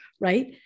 right